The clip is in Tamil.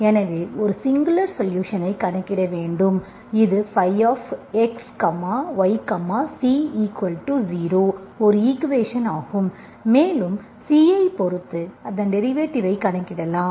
எனவே ஒரு சிங்குலர் சொலுஷன்ஐ கணக்கிட வேண்டும் இது xyc0 ஒரு ஈக்குவேஷன் ஆகும் மேலும் C ஐ பொறுத்து அதன் டெரிவேட்டிவ்வை கணக்கிடலாம்